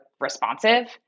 responsive